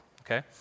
okay